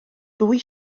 ddwy